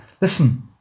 listen